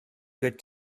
good